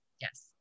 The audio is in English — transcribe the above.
Yes